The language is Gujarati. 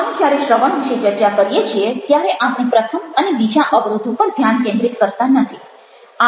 આપણે જ્યારે શ્રવણ વિશે ચર્ચા કરીએ છીએ ત્યારે આપણે પ્રથમ અને બીજા અવરોધો પર ધ્યાન કેન્દ્રિત કરતા નથી